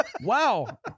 Wow